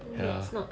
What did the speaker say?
that's not